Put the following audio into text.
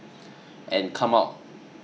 and come out